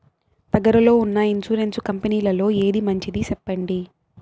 దగ్గర లో ఉన్న ఇన్సూరెన్సు కంపెనీలలో ఏది మంచిది? సెప్పండి?